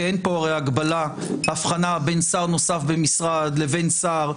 כי אין פה הרי הבחנה בין שר נוסף במשרד לבין שר,